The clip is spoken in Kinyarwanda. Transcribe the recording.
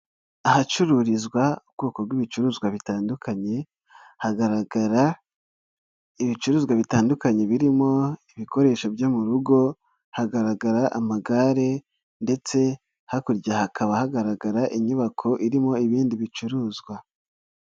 Ahacururizwa ubwoko bw'ibicuruzwa bitandukanye, hagaragara ibicuruzwa bitandukanye birimo ibikoresho byo mu rugo, hagaragara amagare ndetse hakurya hakaba hagaragara inyubako irimo ibindi bicuruzwa.